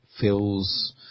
feels